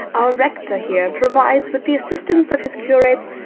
our rector here, provides, with the assistance of his curates,